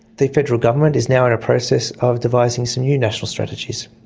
the federal government is now in a process of devising some new national strategies.